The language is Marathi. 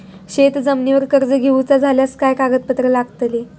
शेत जमिनीवर कर्ज घेऊचा झाल्यास काय कागदपत्र लागतली?